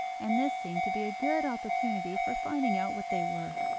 and this seemed to be a good opportunity for finding out what they were.